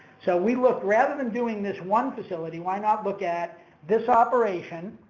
so, we looked, rather than doing this one facility, why not look at this operation,